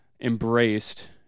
embraced